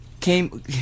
came